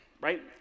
right